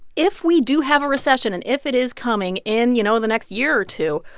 if we do have a recession, and if it is coming in, you know, the next year or two,